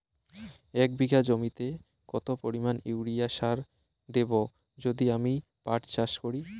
এক বিঘা জমিতে কত পরিমান ইউরিয়া সার দেব যদি আমি পাট চাষ করি?